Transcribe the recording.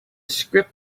script